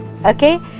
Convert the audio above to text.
Okay